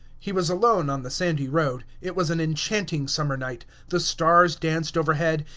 he was alone on the sandy road it was an enchanting summer night the stars danced overhead,